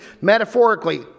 metaphorically